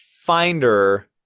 Finder